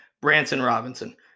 Branson-Robinson